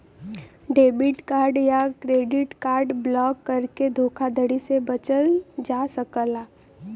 debit card या credit card block करके धोखाधड़ी से बचल जा सकला